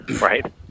right